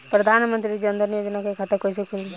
प्रधान मंत्री जनधन योजना के खाता कैसे खुली?